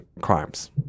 crimes